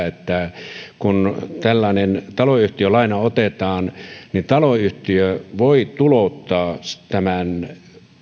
että kun tällainen taloyhtiölaina otetaan niin taloyhtiö voi tulouttaa tämän